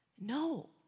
No